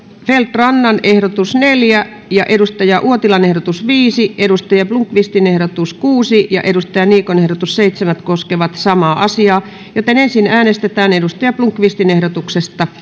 feldt rannan ehdotus neljä kari uotilan ehdotus viisi thomas blomqvistin ehdotus kuusi ja mika niikon ehdotus seitsemän koskevat samaa määrärahaa joten ensin äänestetään ehdotuksesta